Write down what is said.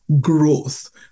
growth